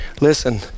listen